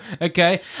Okay